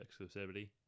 exclusivity